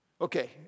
Okay